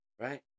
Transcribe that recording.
right